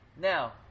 Now